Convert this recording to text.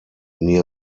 near